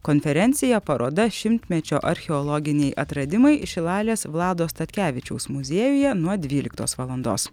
konferencija paroda šimtmečio archeologiniai atradimai šilalės vlado statkevičiaus muziejuje nuo dvyliktos valandos